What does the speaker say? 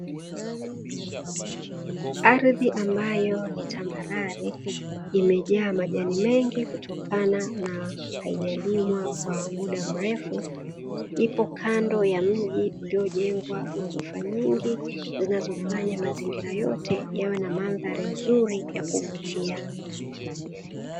Ardhi ambayo ni tambarare imejaa majani mengi kutokana na haijalimwa kwa mda mrefu, ipo kando ya mji uliojengwa ghorofa nyingi zinazofanya mazingira yote yawe na mandhari nzuri ya kuvutia.